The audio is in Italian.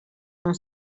non